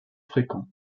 fréquents